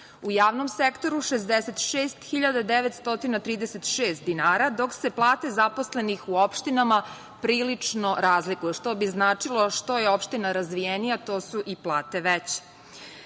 u javnom sektoru 66.936 dinara, dok se plate zaposlenih u opštinama prilično razlikuju, što bi značilo – što je opština razvijenija, to su i plate veće. Tek